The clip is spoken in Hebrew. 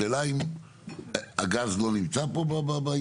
השאלה האם הגז לא נמצא פה בעניין?